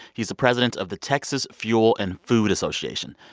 he's the president of the texas fuel and food association.